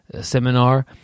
seminar